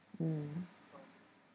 mm